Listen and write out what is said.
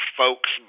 folks